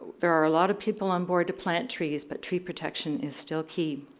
there are a lot of people onboard to plant trees but tree protection is still key.